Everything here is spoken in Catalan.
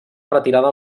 retirada